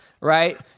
right